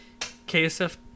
ksf